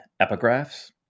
epigraphs